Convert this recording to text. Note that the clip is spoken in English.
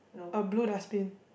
a blue dustbin